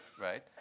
right